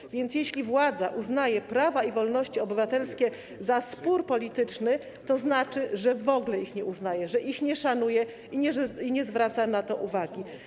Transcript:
Tak więc jeśli władza uznaje walkę o prawa i wolności obywatelskie za spór polityczny, to znaczy, że w ogóle ich nie uznaje, że ich nie szanuje i nie zwraca na to uwagi.